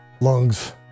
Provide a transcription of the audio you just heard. lungs